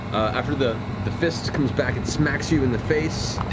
after the the fist comes back and smacks you in the face,